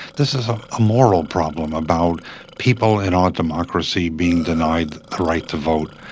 this is a ah moral problem about people in our democracy being denied the right to vote